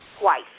Twice